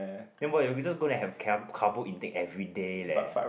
then what you're just gonna to have carbo intake everyday leh